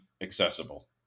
accessible